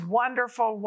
wonderful